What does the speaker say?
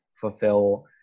fulfill